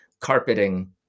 carpeting